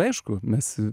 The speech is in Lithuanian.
aišku mes